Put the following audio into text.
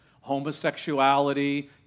homosexuality